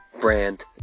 brand